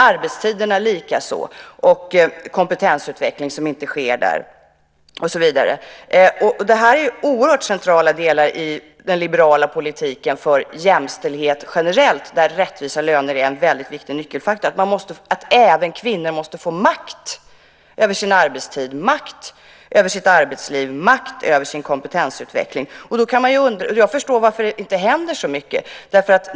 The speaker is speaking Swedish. Arbetstiderna likaså, kompetensutveckling som inte sker och så vidare. Det här är oerhört centrala delar i den liberala politiken för jämställdhet generellt, där rättvisa löner är en väldigt viktig nyckelfaktor. Även kvinnor måste få makt över sin arbetstid, makt över sitt arbetsliv, makt över sin kompetensutveckling. Jag förstår varför det inte händer så mycket.